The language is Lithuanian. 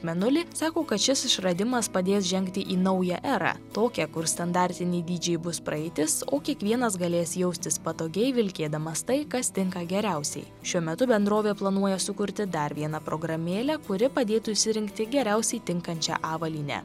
mėnulį sako kad šis išradimas padės žengti į naują erą tokią kur standartiniai dydžiai bus praeitis o kiekvienas galės jaustis patogiai vilkėdamas tai kas tinka geriausiai šiuo metu bendrovė planuoja sukurti dar vieną programėlę kuri padėtų išsirinkti geriausiai tinkančią avalynę